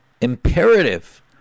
imperative